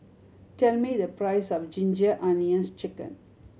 tell me the price of Ginger Onions Chicken